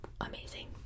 amazing